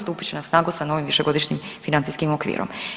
Stupit će na snagu sa novim višegodišnjim financijskim okvirom.